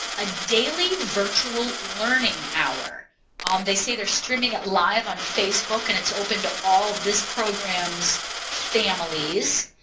a daily virtual learning hour um they say they're streaming it live on facebook and it's open to all this program's families.